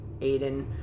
Aiden